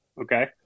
Okay